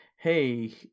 hey